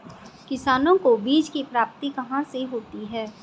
किसानों को बीज की प्राप्ति कहाँ से होती है?